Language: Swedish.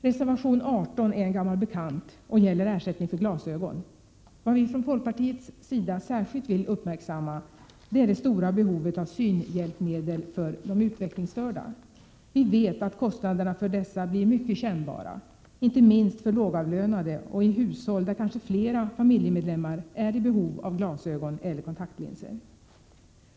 Reservation 18 är en gammal bekant och gäller ersättning för glasögon. Vad vi från folkpartiets sida särskilt vill uppmärksamma är det stora behovet av synhjälpmedel hos de utvecklingsstörda, då vi vet att kostnaderna för dessa blir mycket kännbara — inte minst för lågavlönade och i hushåll där kanske flera familjemedlemmar är i behov av glasögon eller kontaktlinser.